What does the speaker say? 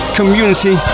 Community